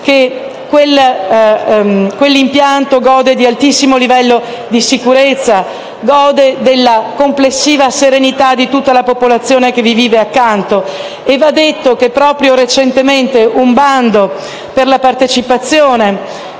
che quell'impianto gode di un altissimo livello di sicurezza e della complessiva serenità di tutta la popolazione che vi vive accanto. Va detto che, proprio recentemente, un bando per la partecipazione